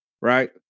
Right